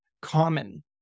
common